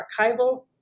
archival